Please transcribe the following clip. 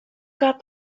got